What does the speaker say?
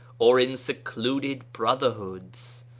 or in secluded brother hoods,